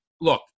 look